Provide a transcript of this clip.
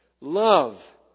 love